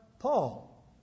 Paul